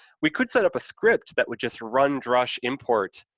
we could setup a script that would just run drush import,